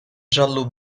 giallo